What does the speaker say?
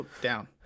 down